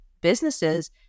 businesses